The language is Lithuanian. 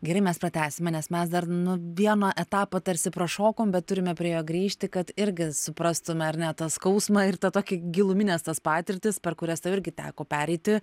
gerai mes pratęsime nes mes dar nu vieną etapą tarsi pašokom bet turime prie jo grįžti kad irgi suprastume ar ne tą skausmą ir tą tokį gilumines tas patirtis per kurias tau irgi teko pereiti